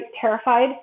terrified